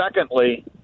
Secondly